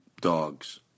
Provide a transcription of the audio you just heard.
dogs